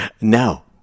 Now